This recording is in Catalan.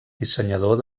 dissenyador